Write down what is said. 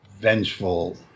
vengeful